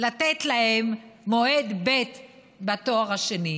לתת להם מועד ב' בתואר השני.